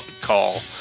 call